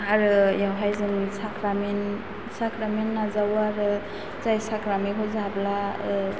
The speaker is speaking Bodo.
आरो बेयावहाय जों साख्रामेन साख्रामेन नाजावो आरो जाय साख्रामेनखौ जाब्ला